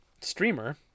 streamer